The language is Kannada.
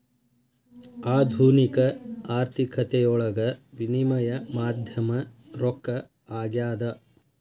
ಆಧುನಿಕ ಆರ್ಥಿಕತೆಯೊಳಗ ವಿನಿಮಯ ಮಾಧ್ಯಮ ರೊಕ್ಕ ಆಗ್ಯಾದ